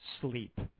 sleep